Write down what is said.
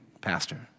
pastor